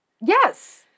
Yes